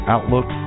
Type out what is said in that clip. Outlook